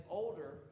older